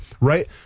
Right